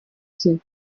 cye